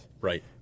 Right